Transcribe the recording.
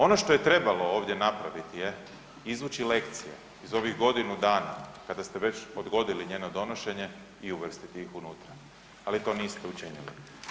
Ono što je trebalo ovdje napraviti je izvući lekcije iz ovih godinu dana kad ste već odgodili njeno donošenje i uvrstiti ih unutra, ali to niste učinili.